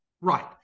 right